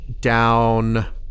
down